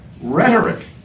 Rhetoric